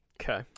Okay